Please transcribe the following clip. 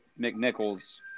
McNichols